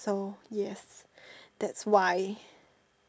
so yes that's why